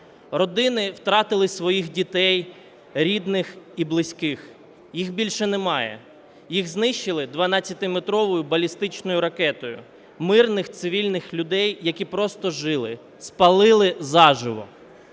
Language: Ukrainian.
Родини втратили своїх дітей, рідних і близьких. Їх більше не має, їх знищили 12-метровою балістичною ракетою – мирних цивільних людей, які просто жили, спалили заживо.